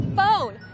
Phone